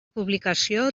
publicació